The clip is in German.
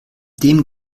dem